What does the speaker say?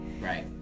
Right